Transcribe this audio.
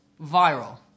viral